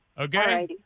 Okay